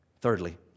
Thirdly